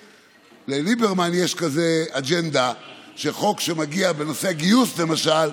לליברמן יש אג'נדה שחוק שמגיע בנושא גיוס, למשל,